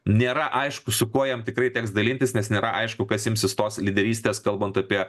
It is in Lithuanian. nėra aišku su kuo jam tikrai teks dalintis nes nėra aišku kas imsis tos lyderystės kalbant apie